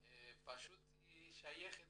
פשוט היא שייכת